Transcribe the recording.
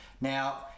Now